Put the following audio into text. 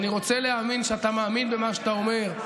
ואני רוצה להאמין שאתה מאמין במה שאתה אומר,